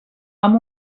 amb